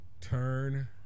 Turn